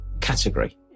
category